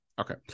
Okay